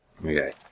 Okay